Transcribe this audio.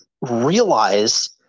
realize